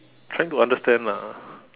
trying to understand lah